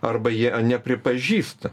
arba jie nepripažįsta